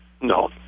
No